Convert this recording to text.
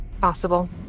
Possible